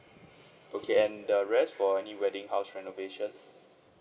okay and the rest for any wedding house renovation